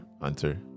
Hunter